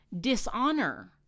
dishonor